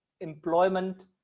employment